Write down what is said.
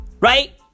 Right